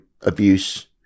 abuse